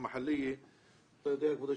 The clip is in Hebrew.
הנושא הזה הוא מאוד כואב כפי שאתה בטח יודע על